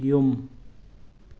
ꯌꯨꯝ